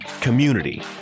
community